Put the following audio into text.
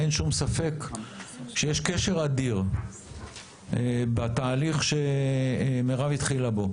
אין שום ספק שיש קשר אדיר בתהליך שמירב התחילה בו: